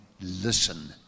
listen